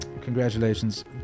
congratulations